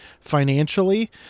financially